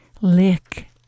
lick